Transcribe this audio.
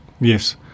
Yes